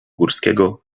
górskiego